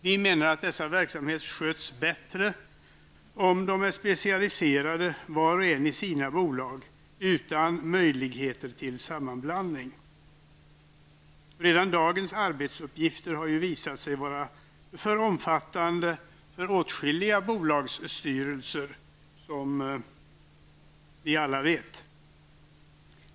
Vi menar att dessa verksamheter sköts bättre om de är specialiserade var och en i sina bolag utan möjligheter till sammanblandning. Redan dagens arbetsuppgifter har ju visat sig vara alltför omfattande för åtskilliga bolagsstyrelser, som vi alla vet.